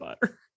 butter